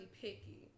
picky